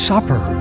Supper